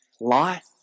life